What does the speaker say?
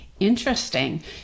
Interesting